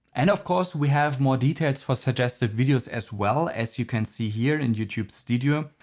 and of course we have more details for suggested videos as well as you can see here in youtube studio,